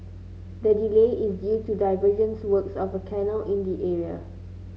the delay is due to diversion works of a canal in the area